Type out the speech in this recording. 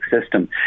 system